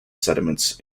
sediments